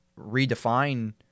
redefine